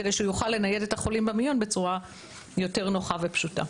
כדי שהוא יוכל לנייד את החולים במיון בצורה יותר נוחה ופשוטה.